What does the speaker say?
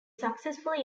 successfully